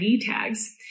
tags